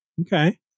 okay